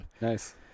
Nice